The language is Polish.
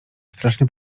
strasznie